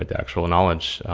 ah the actual knowledge.